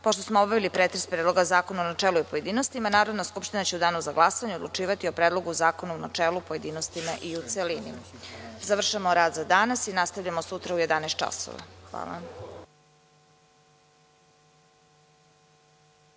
smo obavili pretres Predloga zakona u načelu i u pojedinostima, Narodna skupština će u Danu za glasanje odlučivati o Predlogu zakona u načelu, pojedinostima i u celini. Završavamo rad za danas i nastavljamo sutra u 11.00 časova.